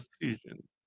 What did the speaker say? decision